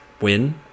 win